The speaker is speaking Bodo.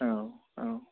औ औ